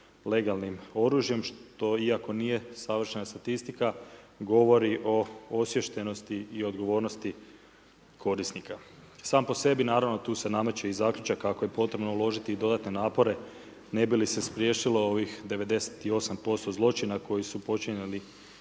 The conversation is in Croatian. legalnim oružjem što iako nije savršena statistika govori o osviještenosti i odgovornosti korisnika. Sam po sebi naravno tu se nameće i zaključak kako je potrebno uložiti i dodatne napore ne bi li se spriječilo ovih 98% zločina koji su počinili